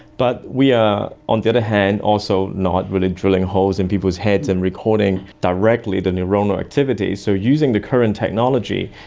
but we are, on the other hand, also not really drilling holes in people's heads and recording directly the neuronal activity. so using the current technology,